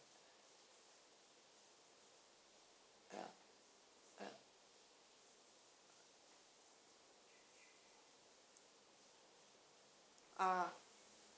ya ya ah